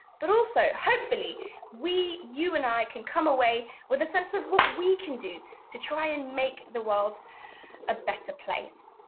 but also, hopefully we, you and i, can come away with a sense of what we can do to try and make the world a better place.